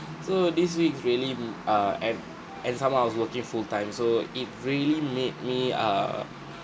so this week's really mm err and and somehow I was working full time so it really made me err